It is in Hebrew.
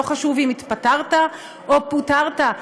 לא חשוב אם התפטרת או פוטרת,